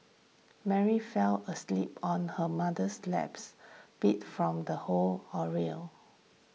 Mary fell asleep on her mother's laps beat from the whole